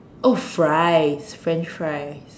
oh fries French fries